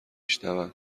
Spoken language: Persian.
شنوم